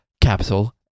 capital